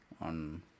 on